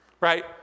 right